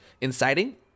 inciting